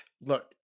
look